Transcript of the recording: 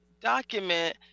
document